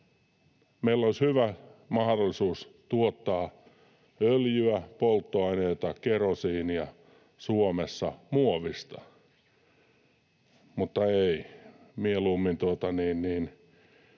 Meillä olisi hyvä mahdollisuus tuottaa öljyä, polttoaineita, kerosiinia Suomessa muovista. Mutta ei. Mieluummin